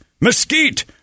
mesquite